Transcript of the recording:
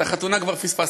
את החתונה כבר פספסת.